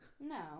no